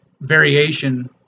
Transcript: variation